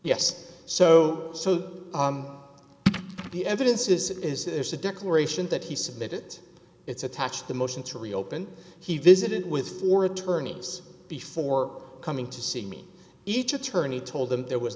yes so so the evidence is there's a declaration that he submitted it's attached the motion to reopen he visited with four attorneys before coming to see me each attorney told them there was